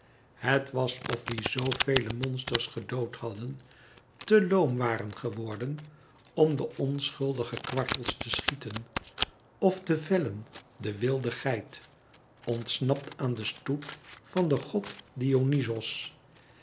het was of wie zo vele monsters gedood hadden te loom waren geworden om de onschuldige kwartels te schieten of te vellen de wilde geit ontsnapt aan den stoet van den god dionyzos